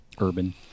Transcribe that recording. urban